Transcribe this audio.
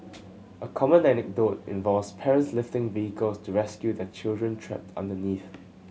a common anecdote involves parents lifting vehicles to rescue their children trapped underneath